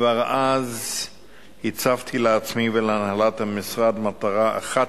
וכבר אז הצבתי לעצמי ולהנהלת המשרד מטרה אחת: